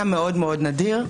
גם מאוד מאוד נדיר,